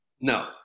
no